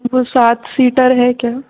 वह सात सीटर है क्या